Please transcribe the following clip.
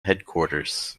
headquarters